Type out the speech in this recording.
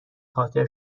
خاطر